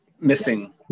missing